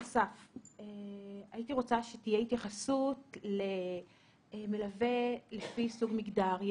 הייתי רוצה שתהיה התייחסות למלווה לפי סוג מגדר.